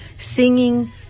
singing